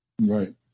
Right